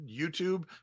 YouTube